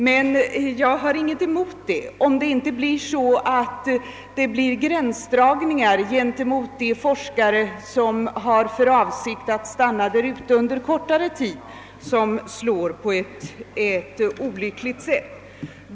Men jag har ingenting däremot, om det bara inte blir en gränsdragning som slår olyckligt gentemot de forskare, som har för avsikt att stanna ute under kortare tid.